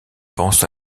pense